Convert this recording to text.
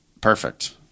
Perfect